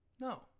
No